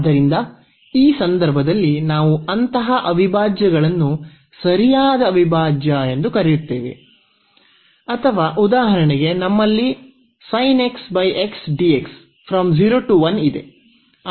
ಆದ್ದರಿಂದ ಈ ಸಂದರ್ಭದಲ್ಲಿ ನಾವು ಅಂತಹ ಅವಿಭಾಜ್ಯಗಳನ್ನು ಸರಿಯಾದ ಅವಿಭಾಜ್ಯ ಎಂದು ಕರೆಯುತ್ತೇವೆ ಅಥವಾ ಉದಾಹರಣೆಗೆ ನಮ್ಮಲ್ಲಿ ಇದೆ